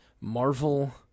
Marvel